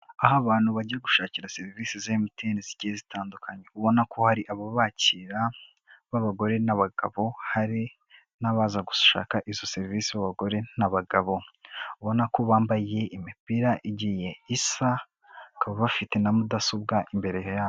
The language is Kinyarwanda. Aho abantu bajya gushakira serivisi za MTN zigiye zitandukanye, ubona ko hari abakira b'abagore n'abagabo, hari n'abaza gushaka izo serivisi b'abagore n'abagabo, ubona ko bambaye imipira igiye isa bakaba bafite na mudasobwa imbere yabo.